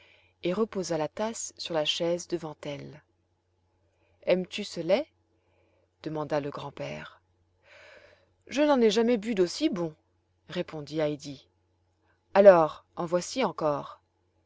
et reposa la tasse sur la chaise devant elle aimes-tu ce lait demanda le grand-père je n'en ai jamais bu d'aussi bon répondit heidi alors en voici encore